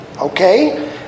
Okay